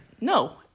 No